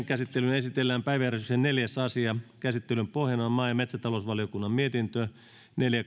käsittelyyn esitellään päiväjärjestyksen neljäs asia käsittelyn pohjana on maa ja metsätalousvaliokunnan mietintö neljä